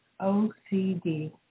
OCD